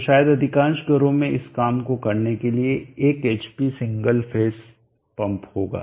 तो शायद अधिकांश घरों में इस काम को करने के लिए 1 एचपी सिंगल फेज पंप होगा